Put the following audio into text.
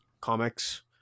comics